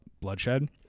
bloodshed